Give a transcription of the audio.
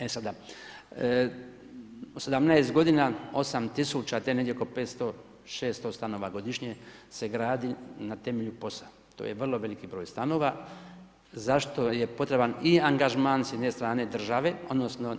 E sada od 17 godina 8 tisuća, to je negdje oko 500, 600 stanova godišnje se gradi na temelju POS-a, to je vrlo veliki broj stanova za što je potreban i angažman s jedne strane države odnosno